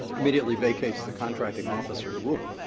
immediately vacates the contracting officer's rule.